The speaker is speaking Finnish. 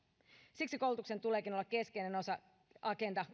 siksi koulutuksen tuleekin olla keskeinen osa agenda